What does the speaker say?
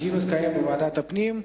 הדיון יתקיים בוועדת הפנים.